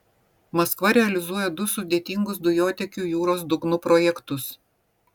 maskva realizuoja du sudėtingus dujotiekių jūros dugnu projektus